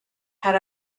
had